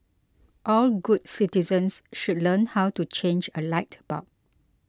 all good citizens should learn how to change a light bulb